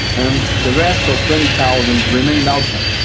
and the rest of twenty thousand remained outside.